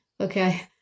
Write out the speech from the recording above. okay